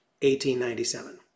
1897